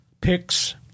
picks